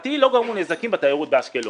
לשמחתי לא גרמו נזקים בתיירות באשקלון.